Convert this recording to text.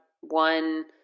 one